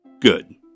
Good